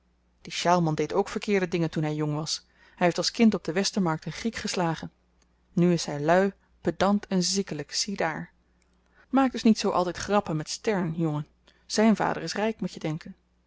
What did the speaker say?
die sjaalman deed ook verkeerde dingen toen hy jong was hy heeft als kind op de westermarkt een griek geslagen nu is hy lui pedant en ziekelyk ziedaar maak dus niet zoo altyd grappen met stern jongen zyn vader is ryk moet je denken